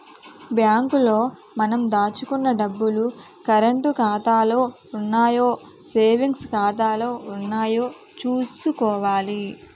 bank లో మనం దాచుకున్న డబ్బులు కరంటు ఖాతాలో ఉన్నాయో సేవింగ్స్ ఖాతాలో ఉన్నాయో చూసుకోవాలి